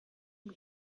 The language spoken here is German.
und